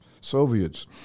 Soviets